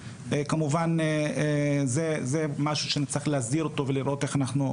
כמובן זה משהו שנצטרך להסדיר אותו ולראות איך אנחנו עומדים בתנאים.